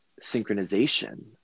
synchronization